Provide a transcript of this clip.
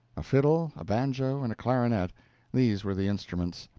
a fiddle, a banjo, and a clarinet these were the instruments.